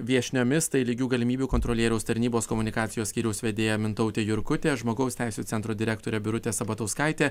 viešniomis tai lygių galimybių kontrolieriaus tarnybos komunikacijos skyriaus vedėja mintautė jurkutė žmogaus teisių centro direktorė birutė sabatauskaitė